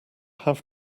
have